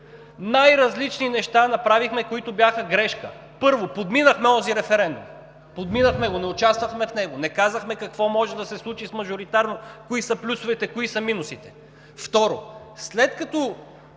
Най-различни неща направихме, които бяха грешка. Първо, подминахме онзи референдум, подминахме го, не участвахме в него, не казахме какво може да се случи с мажоритарното, кои са плюсовете, кои са минусите. Второ, след като